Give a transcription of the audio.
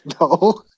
No